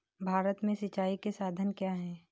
भारत में सिंचाई के साधन क्या है?